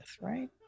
right